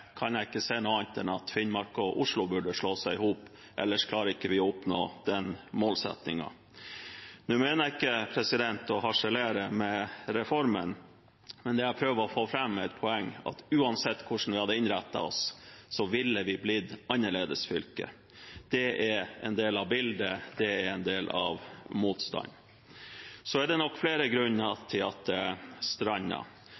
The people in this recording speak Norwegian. kan jeg ikke se annet enn at Finnmark og Oslo burde slå seg i hop – ellers klarer vi ikke å oppnå den målsettingen. Nå mener jeg ikke å harselere med reformen, men det poenget jeg prøver å få fram, er at uansett hvordan vi hadde innrettet oss, ville vi blitt annerledesfylket. Det er en del av bildet, det er en del av motstanden. Så er det nok flere